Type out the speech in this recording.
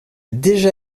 déjà